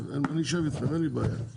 אני אשב איתכם אין בעיה.